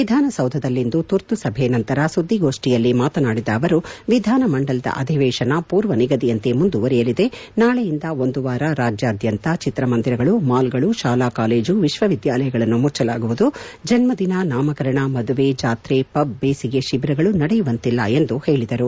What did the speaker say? ಎಧಾಸೌಧದಲ್ಲಿಂದು ತುರ್ತುಸಭೆ ನಂತರ ಸುದ್ಬಿಗೋಷ್ಠಿಯಲ್ಲಿ ಮಾತನಾಡಿದ ಅವರು ವಿಧಾನಮಂಡಲದ ಅಧಿವೇಶನ ಪೂರ್ವ ನಿಗದಿಯಂತೆ ಮುಂದುವರೆಯಲಿದೆ ನಾಳೆಯಿಂದ ಒಂದು ವಾರ ರಾಜ್ಕಾದ್ಯಂತ ಚಿತ್ರಮಂದಿರಗಳು ಮಾಲ್ಗಳು ಶಾಲಾ ಕಾಲೇಜು ವಿಶ್ವವಿದ್ಯಾಲಯಗಳನ್ನು ಮುಚ್ವಲಾಗುವುದು ಜನ್ನದಿನ ನಾಮಕರಣ ಮದುವೆ ಜಾತ್ರೆ ಪಬ್ ಬೇಸಿಗೆ ಶಿಬರಗಳು ನಡೆಯುವಂತಿಲ್ಲ ಎಂದು ಹೇಳದರು